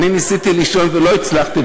אני ניסיתי לישון ולא הצלחתי,